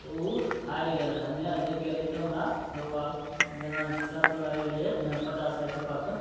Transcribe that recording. तऽ ओ हारि गेलै हमे आओर जीति गेलिए तऽ हमरा रुपा जेना शर्त लगेलिए जेना पचास साठि रुपाके